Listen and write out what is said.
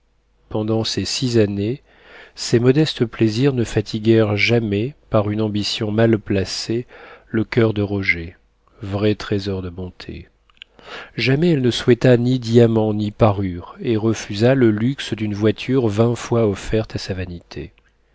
pendant ces six années ses modestes plaisirs ne fatiguèrent jamais par une ambition mal placée le coeur de roger vrai trésor de bonté jamais elle ne souhaita ni diamants ni parures et refusa le luxe d'une voiture vingt fois offerte à sa vanité